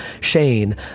Shane